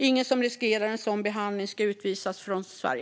Ingen som riskerar en sådan behandling ska utvisas från Sverige.